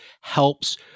helps